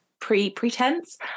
pre-pretense